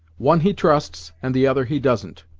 one he trusts, and the other he doesn't.